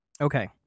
Okay